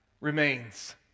remains